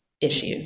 issue